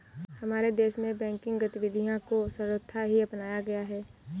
हमारे देश में बैंकिंग गतिविधियां को सर्वथा ही अपनाया गया है